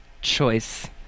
choice